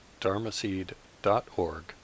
dharmaseed.org